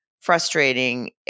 frustrating